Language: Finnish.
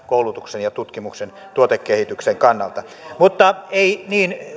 koulutuksen tutkimuksen ja tuotekehityksen kannalta mutta ei ole niin